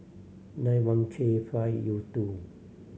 nine one K five U two